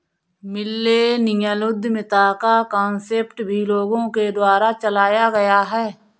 millennial उद्यमिता का concept भी लोगों के द्वारा चलाया गया है